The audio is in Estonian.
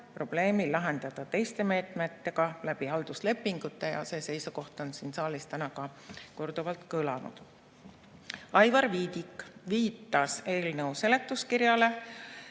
probleemi lahendada teiste meetmetega, halduslepingute kaudu, ja see seisukoht on siin saalis täna ka korduvalt kõlanud. Aivar Viidik viitas eelnõu seletuskirjale,